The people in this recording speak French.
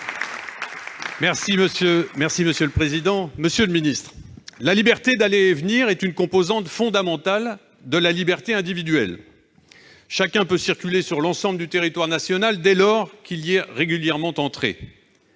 Monsieur le secrétaire d'État, la liberté d'aller et venir est une composante fondamentale de la liberté individuelle. Chacun peut circuler sur l'ensemble du territoire national dès lors qu'il y est régulièrement entré.